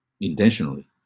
intentionally